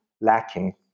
lacking